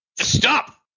Stop